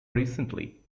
recently